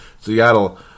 Seattle